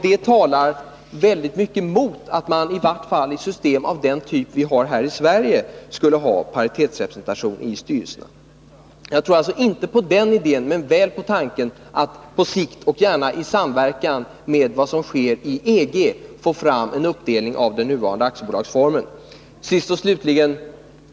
Det talar mycket emot att man i vart fall i system av den typ som vi har i Sverige skulle ha paritetsrepresentation i styrelsen. Jag tror alltså inte på den idén, men väl på tanken att på sikt och gärna i samverkan med vad som sker i EG få fram en uppdelning av den nuvarande aktiebolagsformen. Sist och slutligen!